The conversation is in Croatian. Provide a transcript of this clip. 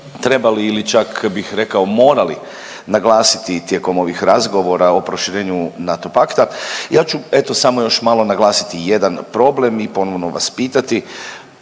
trebali ili čak bih rekao morali naglasiti tijekom ovih razgovora o proširenju NATO pakta. Ja ću eto samo još malo naglasiti jedan problem i ponovno vas pitati.